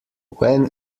when